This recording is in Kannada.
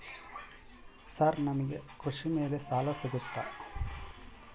ಸರ್ ನಮಗೆ ಕೃಷಿ ಮೇಲೆ ಸಾಲ ಸಿಗುತ್ತಾ?